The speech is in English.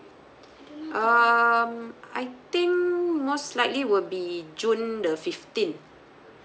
um I think most likely will be june the fifteen